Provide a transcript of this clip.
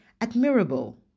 admirable